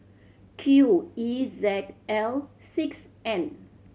Q E Z L six N